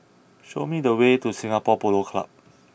show me the way to Singapore Polo Club